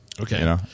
Okay